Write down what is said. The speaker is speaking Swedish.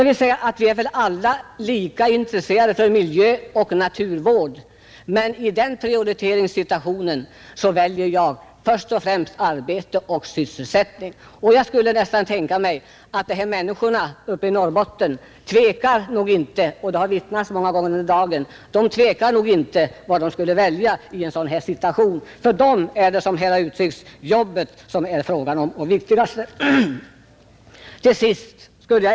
Vi är alla lika intresserade av miljöoch naturvård, men i den prioriteringssituationen väljer jag först och främst arbete och sysselsättning. Som många gånger under dagen framhållits tvekar nog inte heller människorna i Norrbotten om vad de skulle välja i en sådan situation. För dem är jobbet det viktigaste.